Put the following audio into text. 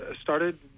started